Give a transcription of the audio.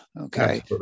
Okay